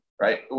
right